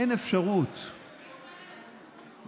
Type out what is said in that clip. אין אפשרות ליישב.